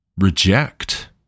reject